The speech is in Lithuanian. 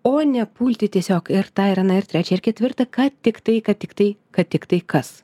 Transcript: o ne pulti tiesiog ir tą ir aną ir trečią ir ketvirtą kad tiktai kad tiktai kad tiktai kas